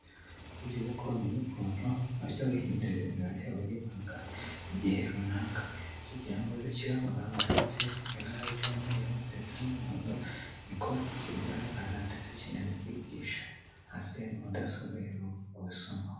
Ni byiza ko wamenya ukuntu wajya wihindura imibare yibanga igihe runaka kigira ngo rishyireho amagambo ari mu ibara ry'umweru ndetse n'umuhondo niko kibigaragaza ndetse kinabikwigisha hasi hari mudasobwa rero wabusomaho.